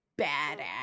badass